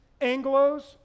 Anglos